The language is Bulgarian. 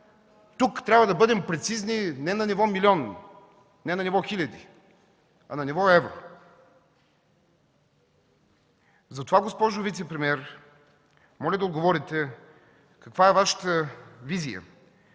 Тук трябва да бъдем прецизни не на ниво милиони, не на ниво хиляди, а на ниво евро. Затова, госпожо вицепремиер, моля да отговорите: каква е Вашата визия